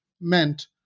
meant